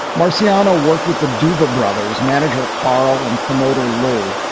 marziano worked with the duva brothers manager, carl and promoter lou.